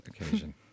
occasion